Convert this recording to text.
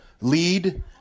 lead